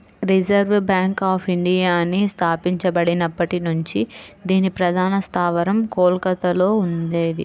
reserve bank of ఇండియాని స్థాపించబడినప్పటి నుంచి దీని ప్రధాన స్థావరం కోల్కతలో ఉండేది